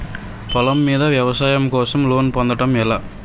పొలం మీద వ్యవసాయం కోసం లోన్ పొందటం ఎలా?